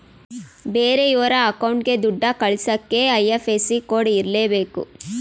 ಬೇರೆಯೋರ ಅಕೌಂಟ್ಗೆ ದುಡ್ಡ ಕಳಿಸಕ್ಕೆ ಐ.ಎಫ್.ಎಸ್.ಸಿ ಕೋಡ್ ಇರರ್ಲೇಬೇಕು